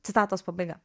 citatos pabaiga